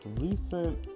recent